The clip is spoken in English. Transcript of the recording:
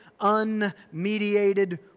unmediated